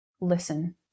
listen